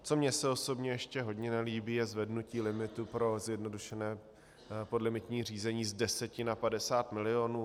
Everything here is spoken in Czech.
Co mě osobně se ještě hodně nelíbí, je zvednutí limitu pro zjednodušené podlimitní řízení z deseti na padesát milionů.